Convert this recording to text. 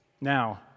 Now